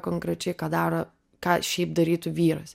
konkrečiai ką daro ką šiaip darytų vyras